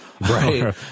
right